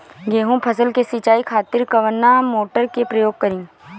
गेहूं फसल के सिंचाई खातिर कवना मोटर के प्रयोग करी?